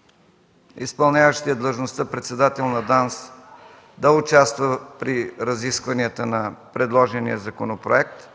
– изпълняващият длъжността председател на ДАНС да участва при разискванията на предложения законопроект.